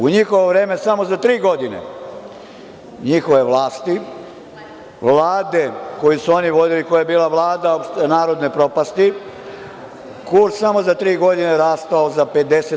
U njihovo vreme, samo za tri godine njihove vlasti, vlade koje su oni vodili, i koja je bila Vlada opštenarodne propasti, kurs je samo za tri godine rastao za 50%